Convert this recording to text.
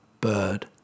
bird